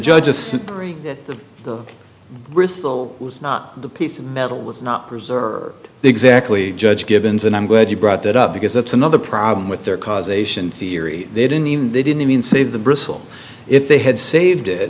judge just super e the bristol was not the piece of metal was not preserved exactly judge givens and i'm glad you brought that up because that's another problem with their causation theory they didn't even they didn't even save the bristle if they had saved